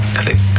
click